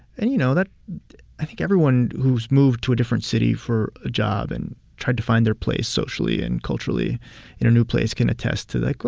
and, you know, that i think everyone who's moved to a different city for a job and tried to find their place socially and culturally in a new place can attest to, like, well,